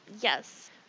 Yes